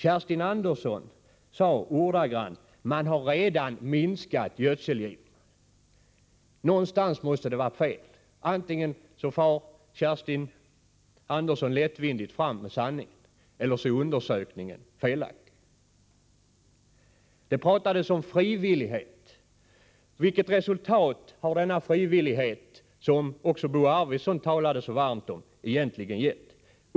Kerstin Andersson sade: Man har redan minskat gödselgivan. Någonstans måste det vara fel, antingen far Kerstin Andersson lättvindigt fram med sanningen eller också är undersökningen felaktig. Det pratades om frivillighet. Vilket resultat har denna frivillighet, som även Bo Arvidson talade så varmt om, verkligen gett?